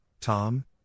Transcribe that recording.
Tom